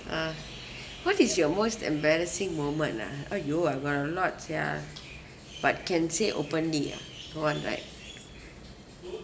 uh what is your most embarrassing moment nah !aiyo! I got a lot sia but can say openly ah don't want right